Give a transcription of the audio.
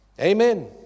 Amen